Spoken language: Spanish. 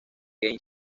game